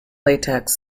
latex